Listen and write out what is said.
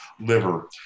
liver